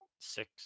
Six